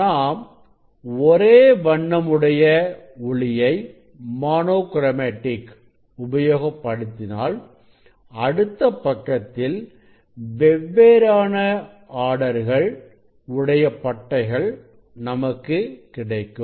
நாம் ஒரே வண்ணம் உடைய ஒளியை உபயோகப்படுத்தினால் அடுத்த பக்கத்தில் வெவ்வேறான ஆர்டர்கள் உடைய பட்டைகள் நமக்கு கிடைக்கும்